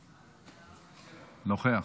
נוכח.